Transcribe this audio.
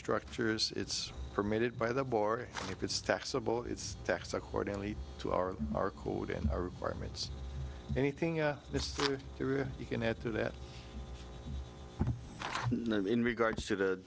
structures it's permitted by the board if it's taxable it's tax accordingly to our our code in our requirements anything you can add to that in regards to the